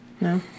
no